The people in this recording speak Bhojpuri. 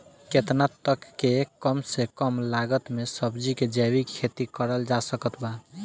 केतना तक के कम से कम लागत मे सब्जी के जैविक खेती करल जा सकत बा?